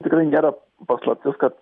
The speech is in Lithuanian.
tikrai nėra paslaptis kad